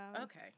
Okay